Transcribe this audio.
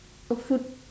oh food